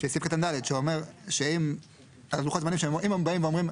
סעיף קטן (ד) אומר על לוחות זמנים שאם הם באים ואומרים: